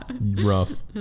Rough